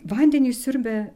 vandenį siurbia